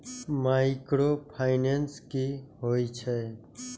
Micro finance कि होई छै?